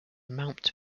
mount